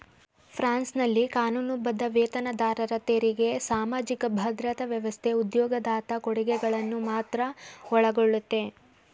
ಫ್ರಾನ್ಸ್ನಲ್ಲಿ ಕಾನೂನುಬದ್ಧ ವೇತನದಾರರ ತೆರಿಗೆ ಸಾಮಾಜಿಕ ಭದ್ರತಾ ವ್ಯವಸ್ಥೆ ಉದ್ಯೋಗದಾತ ಕೊಡುಗೆಗಳನ್ನ ಮಾತ್ರ ಒಳಗೊಳ್ಳುತ್ತೆ